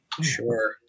Sure